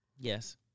Yes